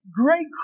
great